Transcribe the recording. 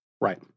Right